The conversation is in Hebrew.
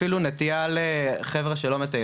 אפילו נטייה לחבר'ה שלא מטיילים.